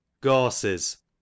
Gorses